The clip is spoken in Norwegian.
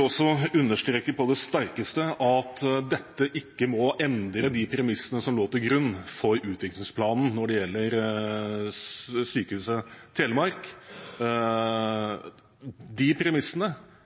også understreke på det sterkeste at dette ikke må endre de premissene som lå til grunn for utviklingsplanen når det gjelder Sykehuset Telemark. De premissene